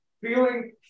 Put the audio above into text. feeling